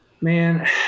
Man